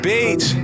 Beach